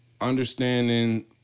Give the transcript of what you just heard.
understanding